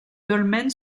dolmen